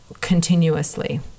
continuously